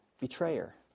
betrayer